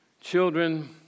Children